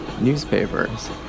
newspapers